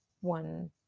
one